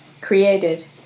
created